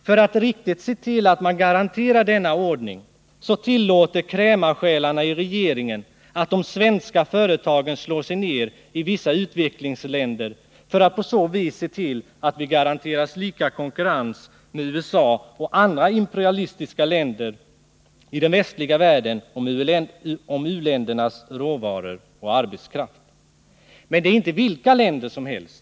För att riktigt se till att man garanterar denna ordning så tillåter krämarsjälarna i regeringen att de svenska företagen slår sig ner i vissa utvecklingsländer för att på så vis se till att vi garanteras lika konkurrens med USA och andra imperialistiska länder i den västliga världen om u-ländernas råvaror och arbetskraft. Men det är inte vilka länder som helst.